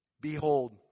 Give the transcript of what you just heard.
Behold